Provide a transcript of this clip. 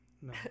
no